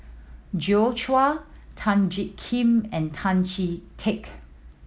Joi Chua Tan Jiak Kim and Tan Chee Teck